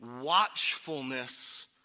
watchfulness